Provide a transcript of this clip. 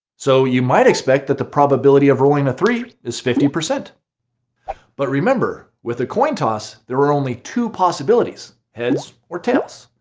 so you might expect that the probability of rolling a three is fifty. but remember, with a coin toss there were only two possibilities heads or tails.